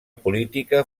política